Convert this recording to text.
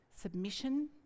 submission